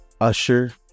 usher